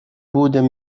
будем